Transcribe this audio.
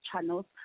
channels